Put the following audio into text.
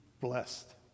blessed